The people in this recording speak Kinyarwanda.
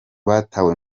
batawe